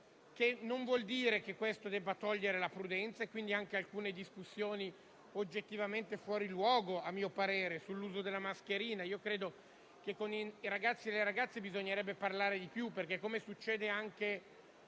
non vuol dire che questo debba eliminare la prudenza; mi riferisco ad alcune discussioni oggettivamente fuori luogo, a mio parere, sull'uso della mascherina. Io credo che con i ragazzi e con le ragazze bisognerebbe parlare di più. Come succede anche